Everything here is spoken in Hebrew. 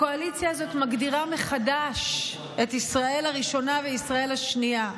הקואליציה הזאת מגדירה מחדש את ישראל הראשונה וישראל השנייה.